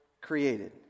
created